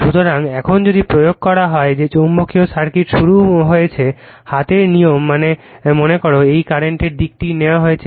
সুতরাং এখন যদি প্রয়োগ করা হয় যে চৌম্বকীয় সার্কিট শুরু হয়েছে হাতের নিয়ম মনে করো এই কারেন্টের দিকটি নেওয়া হয়েছে